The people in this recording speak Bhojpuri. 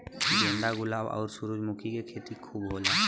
गेंदा गुलाब आउर सूरजमुखी के खेती खूब होला